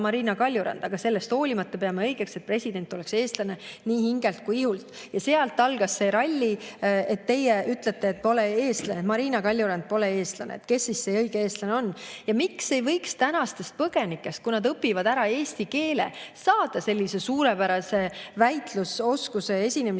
Marina, aga sellest hoolimata peame õigeks, et president oleks eestlane nii hingelt kui ihult." Ja sealt algas see ralli, et teie ütlesite, et Marina Kaljurand pole [õige] eestlane. Kes siis see õige eestlane on? Ja miks ei võiks tänastest põgenikest, kui nad õpivad ära eesti keele, saada sellise suurepärase väitlusoskuse, esinemisoskusega